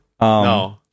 No